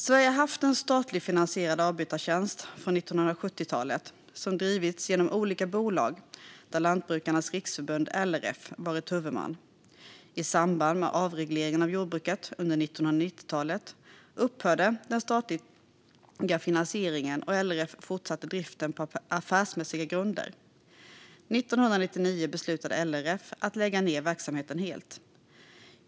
Sverige har sedan 1970-talet haft en statligt finansierad avbytartjänst som drivits genom olika bolag där Lantbrukarnas Riksförbund, LRF, varit huvudman. I samband med avregleringen av jordbruket under 1990-talet upphörde den statliga finansieringen, och LRF fortsatte driften på affärsmässiga grunder. År 1999 beslutade LRF att lägga ned verksamheten helt.